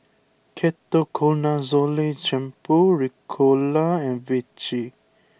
Ketoconazole Shampoo Ricola and Vichy